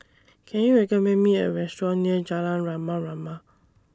Can YOU recommend Me A Restaurant near Jalan Rama Rama